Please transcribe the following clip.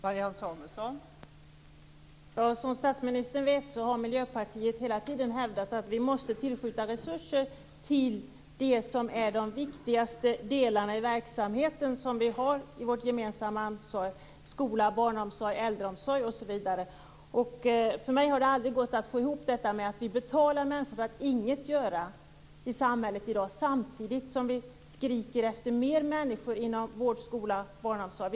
Fru talman! Som statsministern vet har Miljöpartiet hela tiden hävdat att vi måste tillskjuta resurser till det som är de viktigaste delarna i den verksamhet som ingår i vårt gemensamma ansvar: skolan, barnomsorgen, äldreomsorgen osv. För mig har det aldrig gått att få ihop detta med att vi i dag betalar människor för att inget göra i samhället, samtidigt som vi skriker efter fler människor inom vård, skola och barnomsorg.